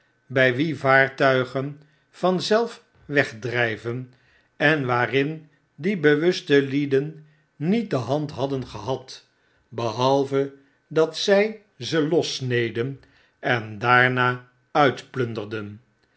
by wie vaartuigen p vanzelf wegdry ven en waarin die bewuste lieden niet de hand hadden gehad behalve dat zy ze lossneden en daarna uitplunderden